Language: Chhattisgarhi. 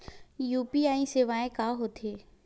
यू.पी.आई सेवाएं हो थे का?